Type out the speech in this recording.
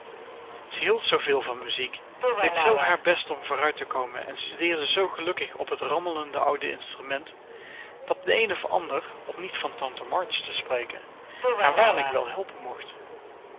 hield zooveel van muziek deed zoo haar best om vooruit te komen en studeerde zoo gelukkig op het rammelende oude instrument dat de een of ander om niet van tante march te spreken haar waarlijk wel helpen mocht